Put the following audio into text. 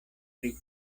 pri